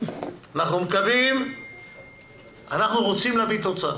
אנחנו רוצים להביא תוצאות.